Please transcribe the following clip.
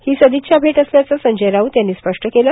ही सदिच्छा भेट असल्याचं संजय राऊत यांनी स्पष्ट केलं